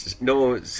no